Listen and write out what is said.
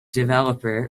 developer